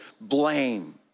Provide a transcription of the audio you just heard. blame